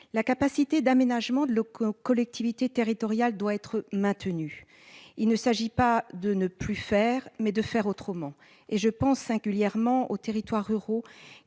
La capacité d'aménagement de nos collectivités territoriales doit être maintenue. Il s'agit non pas de ne plus faire, mais de faire autrement. Je pense singulièrement aux territoires ruraux,